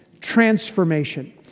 transformation